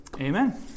Amen